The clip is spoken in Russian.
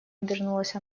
обернулась